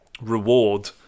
reward